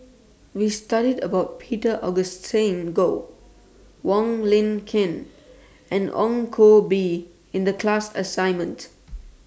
We studied about Peter Augustine Goh Wong Lin Ken and Ong Koh Bee in The class assignment